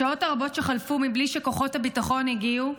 השעות הרבות שחלפו מבלי שכוחות הביטחון הגיעו,